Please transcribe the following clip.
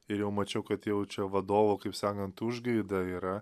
ir jau mačiau kad jau čia vadovo kaip sakant užgaida yra